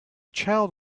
child